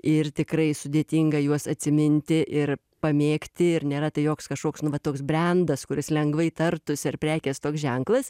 ir tikrai sudėtinga juos atsiminti ir pamėgti ir nėra tai joks kažkoks nu va toks brendas kuris lengvai tartųsi ar prekės toks ženklas